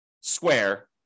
square